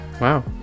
wow